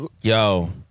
yo